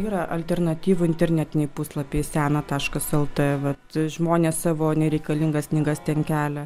yra alternatyvų internetiniai puslapiai sena taškas lt vat žmonės savo nereikalingas knygas ten kelia